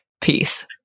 Peace